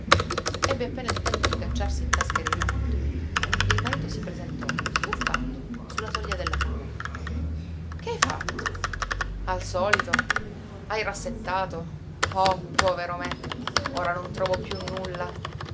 ebbe appena il tempo di cacciarsi in tasca il ritratto il marito si presentò sbuffando sulla soglia della camera che hai fatto al solito hai rassettato oh povero me ora non trovo piú nulla